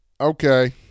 Okay